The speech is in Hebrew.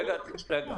יש דברים